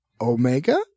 omega